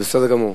בסדר גמור.